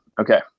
Okay